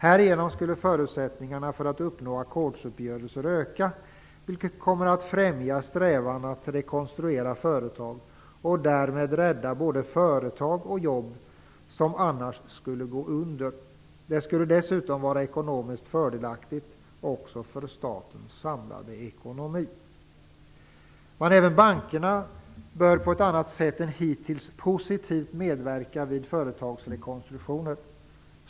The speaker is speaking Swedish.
Härigenom skulle förutsättningarna för att uppnå ackordsuppgörelser öka, vilket kommer att främja strävan att rekonstruera företag och därmed rädda både företag och jobb som annars skulle gå under. Det skulle dessutom vara ekonomiskt fördelaktigt också för statens samlade ekonomi. Men även bankerna bör på ett annat sätt än hittills positivt medverka vid företagsrekonstruktioner.